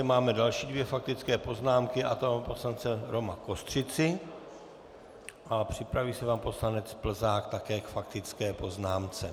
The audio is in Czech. Máme další dvě faktické poznámky, a to poslance Roma Kostřici a připraví se pan poslanec Plzák, také k faktické poznámce.